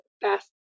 fast